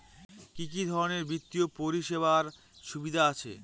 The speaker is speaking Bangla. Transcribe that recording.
কি কি ধরনের বিত্তীয় পরিষেবার সুবিধা আছে?